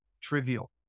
trivial